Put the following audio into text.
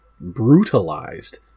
brutalized